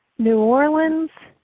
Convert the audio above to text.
new orleans.